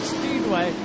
Speedway